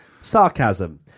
Sarcasm